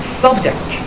subject